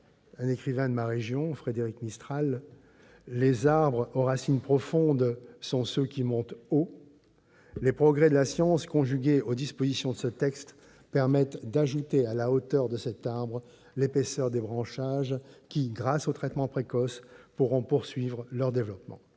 un écrivain de ma région, Frédéric Mistral, « les arbres aux racines profondes sont ceux qui montent haut », les progrès de la science, conjugués aux dispositions de ce texte, permettent d'ajouter à la hauteur de l'arbre l'épaisseur des branchages, qui, grâce au traitement précoce, pourront poursuivre leur développement !